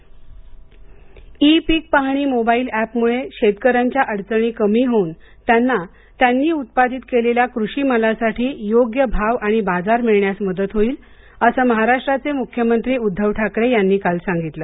पीक पाहणी app e पीक पाहणी मोबाईल एपमूळं शेतकऱ्यांच्या अडचणी कमी होऊन त्यांना त्यांनी उत्पादित केलेल्या कृषी मालासाठी योग्य भाव आणि बाजार मिळण्यास मदत होईल असं महाराष्ट्राचे मुख्यमंत्री उद्धव ठाकरे यांनी काल सांगितलं